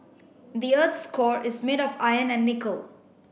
the earth's core is made of iron and nickel